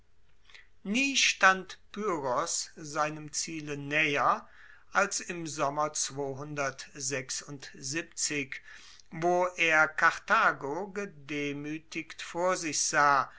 nie stand pyrrhos seinem ziele naeher als im sommer wo er karthago gedemuetigt vor sich sah